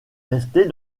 restée